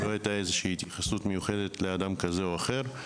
לא ניתן איזה יחס מיוחד לאדם כזה או אחר,